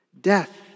Death